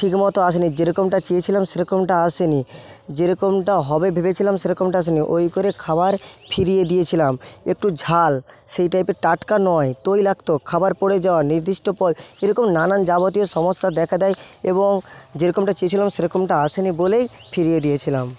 ঠিকমতো আসেনি যেরকমটা চেয়েছিলাম সেরকমটা আসেনি যেরকমটা হবে ভেবেছিলাম সেরকমটা আসেনি ওই করে খাবার ফিরিয়ে দিয়েছিলাম একটু ঝাল সেই টাইপের টাটকা নয় তৈলাক্ত খাবার পড়ে যাওয়া নির্দিষ্ট পদ এরকম নানান যাবতীয় সমস্যা দেখা দেয় এবং যেরকমটা চেয়েছিলাম সেরকমটা আসেনি বলেই ফিরিয়ে দিয়েছিলাম